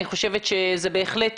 אני חושבת שזה בהחלט